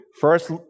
first